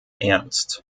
ernst